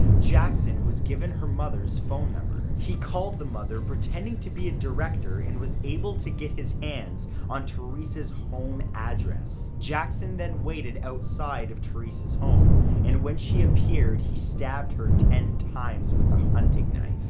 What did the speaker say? jackson was given her mother's phone number. he called the mother pretending to be a director and was able to get his hands on theresa's home address. jackson then waited outside theresa's home and when she appeared he stabbed her ten times with a hunting knife.